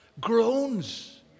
groans